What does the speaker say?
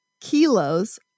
kilos